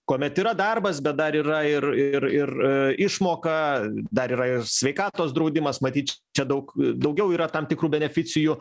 kuomet yra darbas bet dar yra ir ir ir išmoka dar yra ir sveikatos draudimas matyt čia daug daugiau yra tam tikrų beneficijų